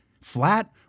Flat